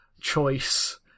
choice